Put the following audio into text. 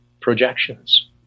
projections